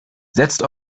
setzt